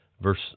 Verse